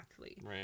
Right